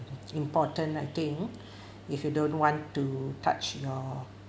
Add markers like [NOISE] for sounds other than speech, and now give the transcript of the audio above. important I think [BREATH] if you don't want to touch your